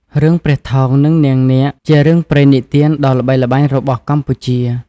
រឿង ព្រះថោង និងនាងនាគ ជារឿងព្រេងនិទានដ៏ល្បីល្បាញរបស់កម្ពុជា។